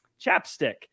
chapstick